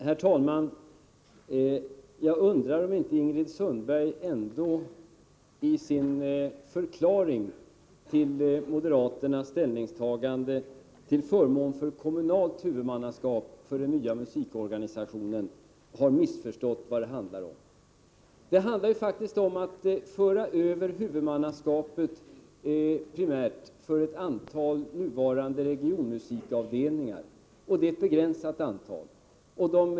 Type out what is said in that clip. Herr talman! Efter att ha hört Ingrid Sundbergs förklaring till moderaternas ställningstagande till förmån för kommunalt huvudmannaskap för den nya musikorganisationen undrar jag om hon inte har missförstått vad det handlar om. Det handlar faktiskt om att primärt föra över huvudmannaskapet för ett antal nuvarande regionmusikavdelningar, och det gäller ett begränsat antal.